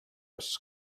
ysgol